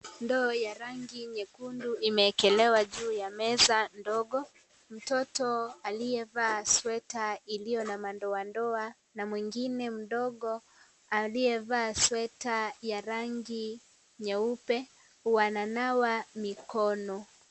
Ndoo ya rangi nyekundu imeekelewa juu ya meza ndogo mtoto aliyevaa sweater iliyo na madoadoa na mwingine mdogo aliyevaa sweater ya rangi nyeupe wana nawa mikono.